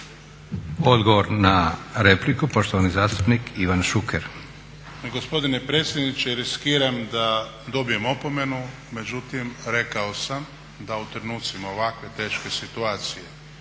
Odgovor na repliku poštovani zastupnik Ivan Šuker. **Šuker, Ivan (HDZ)** Gospodine predsjedniče riskiram da dobijem opomenu, međutim rekao sam da u trenucima ovakve teške situacije